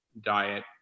diet